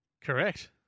Correct